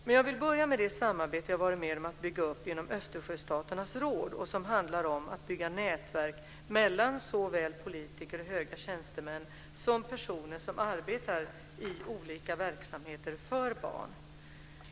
Men jag vill börja med det samarbete jag varit med om att bygga upp inom Östersjöstaternas råd och som handlar om att bygga nätverk mellan såväl politiker och höga tjänstemän som personer som arbetar i olika verksamheter för barn.